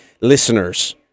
listeners